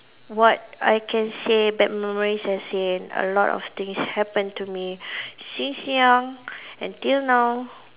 what I can say bad memories as in a lot of things happen to me since young until now